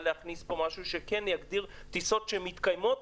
להכניס פה משהו שכן יגדיר טיסות שמתקיימות,